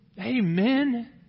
Amen